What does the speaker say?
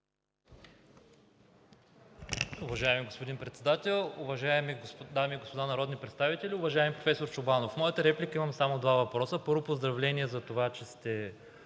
Уважаеми господин Председател, уважаеми дами и господа народни представители, уважаеми професор Чобанов! В моята реплика имам само два въпроса. Първо, поздравления за това, че сте